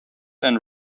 and